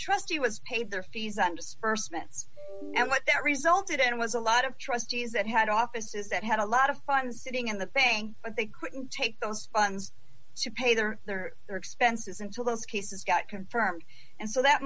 trustee was paid their fees on just st minutes and what that resulted in was a lot of trustees that had offices that had a lot of fun sitting in the bank but they couldn't take those funds to pay their their their expenses until those cases got confirmed and so that